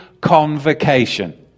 convocation